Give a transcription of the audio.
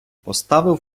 поставив